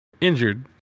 injured